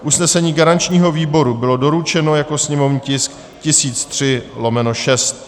Usnesení garančního výboru bylo doručeno jako sněmovní tisk 1003/6.